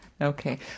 Okay